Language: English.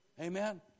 Amen